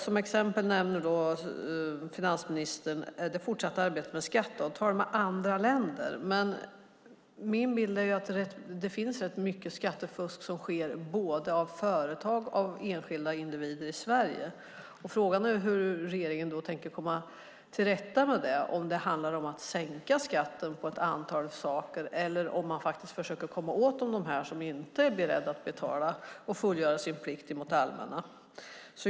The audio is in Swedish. Som exempel nämnde finansministern det fortsatta arbetet med skatteavtal med andra länder. Min bild är att det sker rätt mycket skattefusk av både företag och enskilda individer i Sverige. Frågan är hur regeringen tänker komma till rätta med det, om det handlar om att sänka skatten på ett antal saker eller att försöka komma åt dem som inte är beredda att betala och fullgöra sin plikt mot det allmänna.